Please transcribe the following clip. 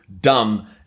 dumb